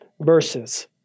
verses